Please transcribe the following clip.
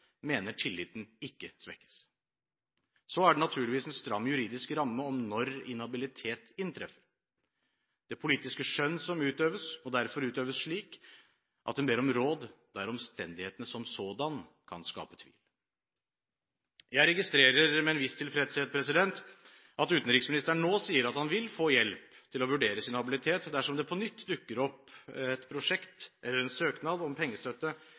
mener at tilliten ikke svekkes. Så er det naturligvis en stram juridisk ramme om når inhabilitet inntreffer. Det politiske skjønn som utøves, må derfor utøves slik at en ber om råd der omstendighetene som sådanne kan skape tvil. Jeg registrerer – med en viss tilfredshet – at utenriksministeren nå sier at han vil få hjelp til å vurdere sin habilitet dersom det på nytt dukker opp et prosjekt eller en søknad om pengestøtte